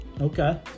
Okay